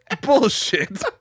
Bullshit